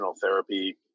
therapy